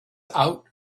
out